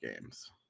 games